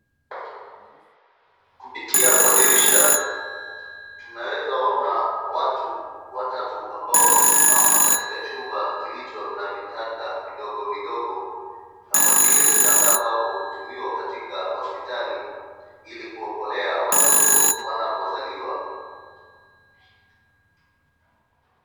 Kupitia kwa dirisha, tunaweza ona watu watatu ambao wamesimama katika chumba kilicho na vitanda vidogo vidogo kama vile vitanda ambavyo hutumiwa katika hospitali ili kuokolea watoto wanapozaliwa.